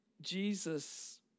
Jesus